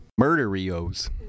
Murderios